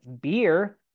beer